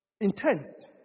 intense